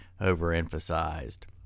overemphasized